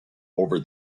over